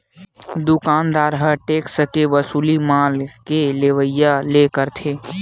दुकानदार ह टेक्स के वसूली माल के लेवइया ले करथे